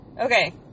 Okay